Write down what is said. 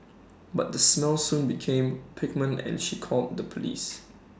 but the smell soon became pungent and she called the Police